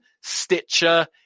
Stitcher